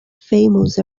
famous